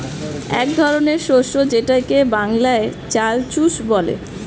এক ধরনের শস্য যেটাকে বাংলায় চাল চুষ বলে